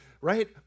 right